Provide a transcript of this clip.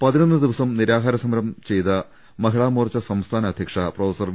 പതിനൊന്ന് ദിവസം നിരാഹാര സമരം ചെയ്ത മഹിളാമോർച്ച സംസ്ഥാന അധ്യക്ഷ പ്രൊഫസർ വി